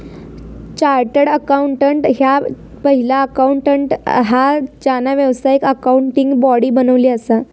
chartered accountant ह्या पहिला accountant हा ज्यांना व्यावसायिक अकाउंटिंग बॉडी बनवली असा